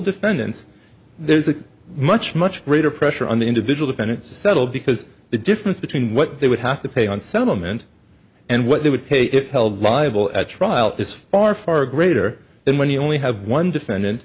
defendants there's a much much greater pressure on the individual defendant to settle because the difference between what they would have to pay on settlement and what they would pay if held liable at trial is far far greater than when you only have one defendant